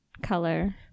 Color